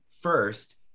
first